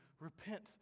repent